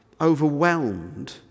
overwhelmed